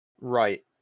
Right